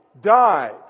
died